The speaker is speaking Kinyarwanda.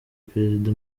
perezida